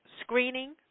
screening